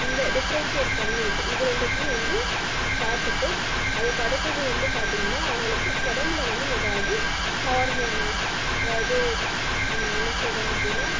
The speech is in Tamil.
இந்த டிஃபரென்ஷியேட் பண்ணிட்டு இது ரெண்டுத்தையும் வந்து பார்த்துட்டு அதுக்கடுத்தது வந்து பாத்தீங்கன்னா அவங்களுக்கு உடம்புல வந்து ஏதாவது ஹார்மோனல்ஸ் அதாவது நம்ம என்ன சொல்கிறோம் அப்படீன்னா